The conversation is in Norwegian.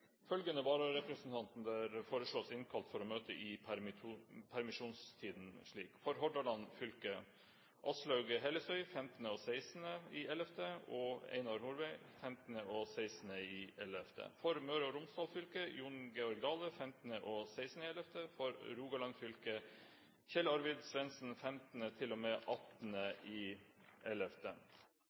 foreslås innkalt for å møte i permisjonstiden slik: For Hordaland fylke: Aslaug Hellesøy og Einar Horvei 15. og 16. november For Møre og Romsdal fylke: Jon Georg Dale 15. og 16. november For Rogaland fylke: Kjell Arvid